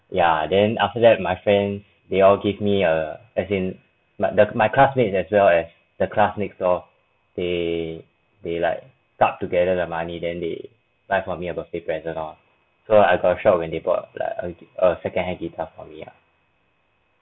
ya then after that my friend they all gave me a as in like the my classmates as well as the class next door they they like dark together the money then they like for me a birthday present lor so I got shock when they bought a second hand guitar for me ah